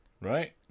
right